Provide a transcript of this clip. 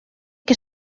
que